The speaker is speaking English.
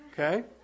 Okay